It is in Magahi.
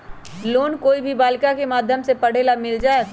लोन कोई भी बालिका के माध्यम से पढे ला मिल जायत?